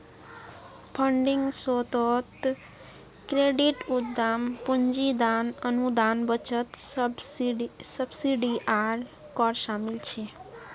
funding स्रोतोत credit, उद्दाम पूंजी, दान, अनुदान, बचत, सब्सिडी आर कर शामिल छे